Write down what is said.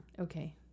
Okay